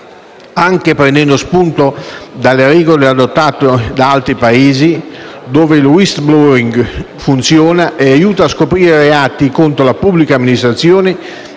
Anche prendendo spunto dalle regole adottate da altri Paesi, dove il *whistleblowing* funziona e aiuta a scoprire i reati contro la pubblica amministrazione,